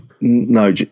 no